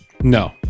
no